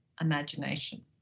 imagination